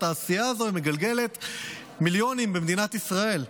התעשייה הזאת מגלגלת מיליונים במדינת ישראל,